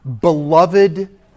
beloved